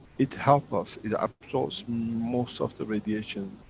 it helps us. it absorbs most of the radiation.